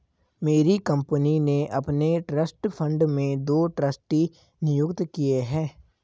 मेरी कंपनी ने अपने ट्रस्ट फण्ड में दो ट्रस्टी नियुक्त किये है